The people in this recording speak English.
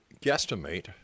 guesstimate